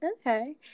okay